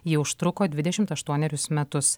ji užtruko dvidešimt aštuonerius metus